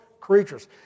creatures